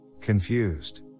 confused